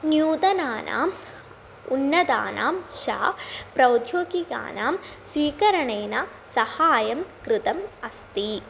नूतनानाम् उन्नतानां शा प्रौद्योगिकानां स्वीकरणेन सहायं कृतम् अस्ति